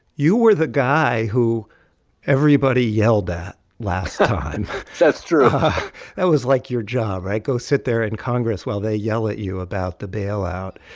you were the guy who everybody yelled at last time that's true that was like your job, right? go sit there in congress while they yell at you about the bailout.